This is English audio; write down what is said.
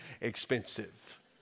expensive